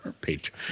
page